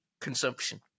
consumption